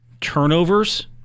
turnovers